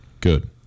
Good